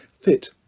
fit